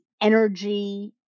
energy